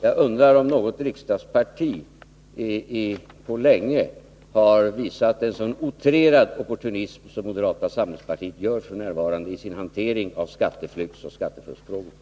Jag undrar om något riksdagsparti på länge har visat en sådan utrerad opportunism som moderata samlingspartiet f. n. gör i sin hantering av skatteflyktsoch skattefusksfrågorna.